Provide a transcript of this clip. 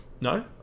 No